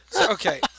Okay